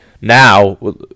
now